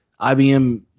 IBM